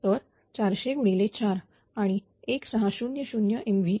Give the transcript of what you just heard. तर400 गुणिले 4 आणि 1600 MVA